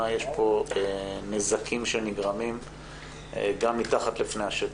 יש פה נזקים שנגרמים גם מתחת לפני השטח,